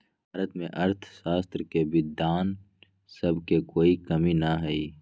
भारत में अर्थशास्त्र के विद्वान सब के कोई कमी न हई